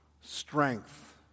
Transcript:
strength